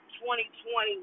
2020